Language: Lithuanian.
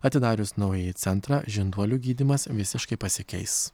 atidarius naująjį centrą žinduolių gydymas visiškai pasikeis